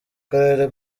karere